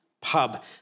pub